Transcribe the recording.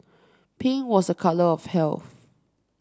pink was a colour of health